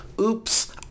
Oops